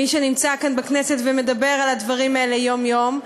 מי שנמצא כאן בכנסת ומדבר על הדברים האלה יום-יום.